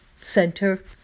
center